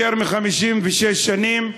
יותר מ-56 שנים.